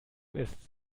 ist